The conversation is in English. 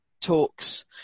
talks